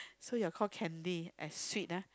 so you are call Candy as sweet ah